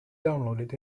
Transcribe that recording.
downloaded